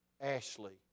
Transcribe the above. Ashley